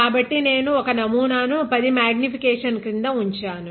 కాబట్టి ఇక్కడ నేను ఒక నమూనాను 10 X మాగ్నిఫికేషన్ క్రింద ఉంచాను